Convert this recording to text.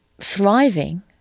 thriving